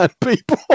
people